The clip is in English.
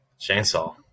Chainsaw